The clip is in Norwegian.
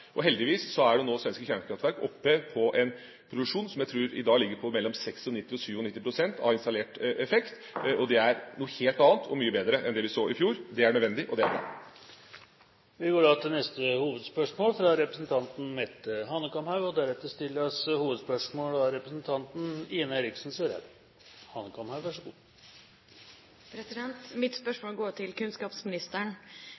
jeg tror i dag ligger på 96–97 pst. av installert effekt, og det er noe helt annet og mye bedre enn det vi så i fjor. Det er nødvendig, og det er bra. Vi går til neste hovedspørsmål. Mitt spørsmål går til kunnskapsministeren. Rett etter at kunnskapsministeren tiltrådte sin stilling for over et og